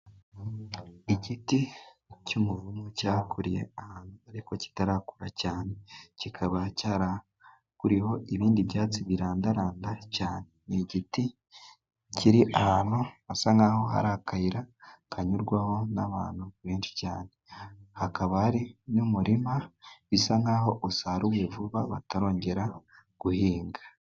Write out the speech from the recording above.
Igiti cy'umuvumu cyakuriye ahantu, ariko kitarakura cyane. Kikaba cyarakuriyeho ibindi byatsi birandaranda cyane. Ni igiti kiri ahantu hasa nk'aho hari akayira kanyurwamo n'abantu benshi cyane, hakaba hari n'umurima bisa nk'aho usaruye vuba batarongera guhinga.